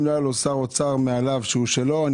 אם לא היה מעליו שר אוצר מן הסיעה שלו אני